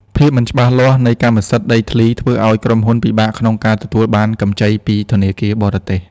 ភាពមិនច្បាស់លាស់នៃកម្មសិទ្ធិដីធ្លី ធ្វើឱ្យក្រុមហ៊ុនពិបាកក្នុងការទទួលបានកម្ចីពីធនាគារបរទេស។